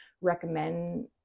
recommend